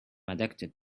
addicted